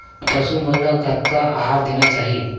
पशु मन ला कतना आहार देना चाही?